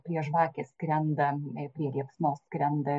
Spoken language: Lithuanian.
prie žvakės skrenda prie liepsnos skrenda